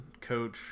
coach